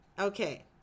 Okay